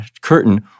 curtain